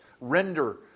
render